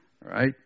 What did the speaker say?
right